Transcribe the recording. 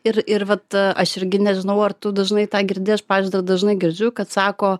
ir ir vat aš irgi nežinau ar tu dažnai tą girdi aš pavyzdžiui dažnai girdžiu kad sako